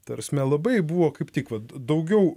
ta prasme labai buvo kaip tik vat daugiau